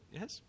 yes